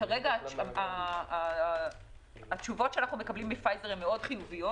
כרגע התשובות שאנו מקבלים מפייזר הן מאוד חיוביות